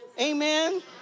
Amen